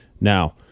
Now